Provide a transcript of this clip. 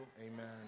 Amen